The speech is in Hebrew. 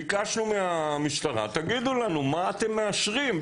ביקשנו מן המשטרה: תגידו לנו מה אתם מאשרים,